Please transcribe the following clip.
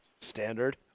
Standard